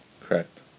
Correct